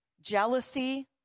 jealousy